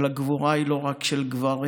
אבל הגבורה היא לא רק של גברים.